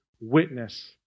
witness